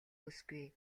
бүсгүй